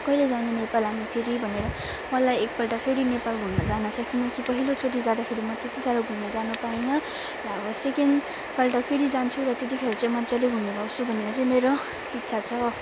कहिले जाने नेपाल हामी फेरि भनेर मलाई एकपल्ट फेरि नेपाल घुम्नु जान छ किनकि पहिलोचोटि जाँदाखेरि म त्यत्ति साह्रो घुम्नु जानु पाइन र आबो सेकेन्डपल्ट फेरि जान्छु र त्यतिखेर चाहिँ मज्जाले घुमेर आउँछु भनेर चाहिँ मेरो इच्छा छ